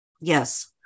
Yes